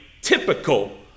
typical